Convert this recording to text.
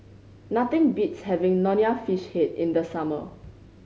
nothing beats having Nonya Fish Head in the summer